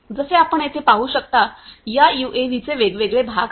जसे आपण येथे पाहू शकता या यूएव्हीचे वेगवेगळे भाग आहेत